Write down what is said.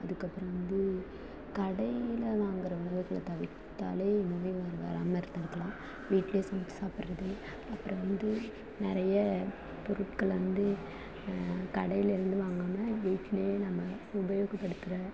அதுக்கப்புறம் வந்து கடையில் வாங்கற உணவுகளை தவிர்த்தாலே நோய்வாய் வராம தடுக்கலாம் வீட்ல செஞ்சி சாப்பிட்றது அப்புறம் வந்து நிறைய பொருட்களை வந்து கடையிலிருந்து வாங்காம வீட்ல நாம உபயோகப்படுத்துகிற